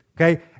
Okay